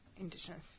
Indigenous